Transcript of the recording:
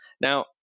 Now